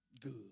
Good